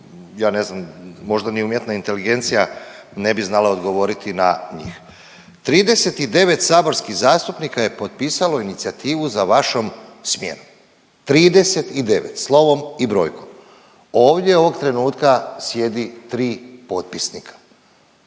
ja ne znam možda ni umjetna inteligencija ne bi znala odgovoriti na njih. 39 saborskih zastupnika je potpisalo inicijativu za vašom smjenom, 39 slovom i brojkom. Ovdje ovog trenutka sjedi 3 potpisnika.